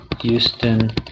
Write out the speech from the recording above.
Houston